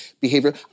behavior